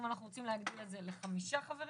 אם אנחנו רוצים להגדיל את זה לחמישה חברים